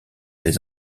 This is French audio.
les